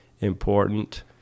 important